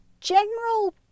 general